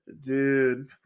Dude